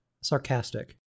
sarcastic